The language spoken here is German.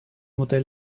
modell